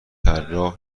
طراح